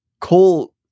coal